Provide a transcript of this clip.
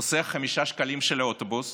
חוסך חמישה שקלים של האוטובוס